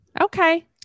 okay